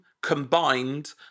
combined